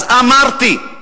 אז אמרתי.